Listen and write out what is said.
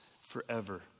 forever